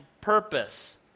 purpose